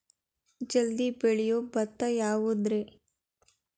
ಜಲ್ದಿ ಬೆಳಿಯೊ ಭತ್ತ ಯಾವುದ್ರೇ?